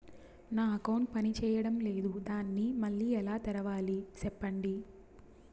నా అకౌంట్ పనిచేయడం లేదు, దాన్ని మళ్ళీ ఎలా తెరవాలి? సెప్పండి